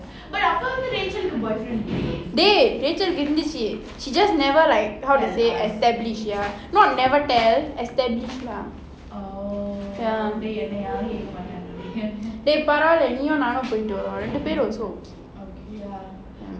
dey rachel கு இருந்துச்சு:ku irunthuchu she just never like how to say establish ya not never tell establish lah ya பரவால நீயும் நானும் சேர்ந்து வருவோம்:paravala neeyum naanum sernthu varuvom also